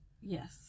yes